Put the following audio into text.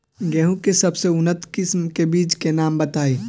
गेहूं के सबसे उन्नत किस्म के बिज के नाम बताई?